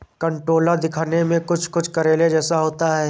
कंटोला दिखने में कुछ कुछ करेले जैसा होता है